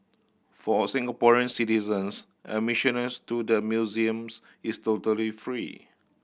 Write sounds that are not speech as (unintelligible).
for Singaporean citizens (unintelligible) to the museums is totally free